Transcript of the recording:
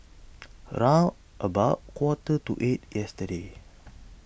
round about quarter to eight yesterday